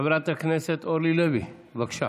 חברת הכנסת אורלי לוי, בבקשה.